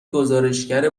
گزارشگر